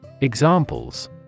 Examples